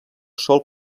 sol